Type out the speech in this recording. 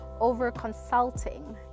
over-consulting